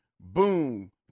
boom